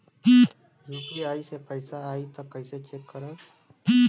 UPI से पैसा आई त कइसे चेक करब?